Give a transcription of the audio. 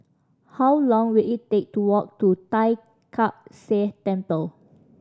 how long will it take to walk to Tai Kak Seah Temple